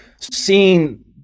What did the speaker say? seeing